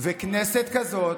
כנסת כזאת,